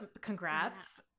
congrats